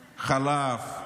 חלב,